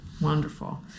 wonderful